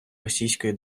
російської